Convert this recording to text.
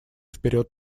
вперед